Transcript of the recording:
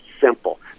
simple